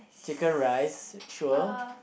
Chicken Rice sure